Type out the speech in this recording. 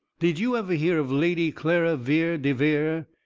did you ever hear of lady clara vere de vere?